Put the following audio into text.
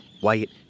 white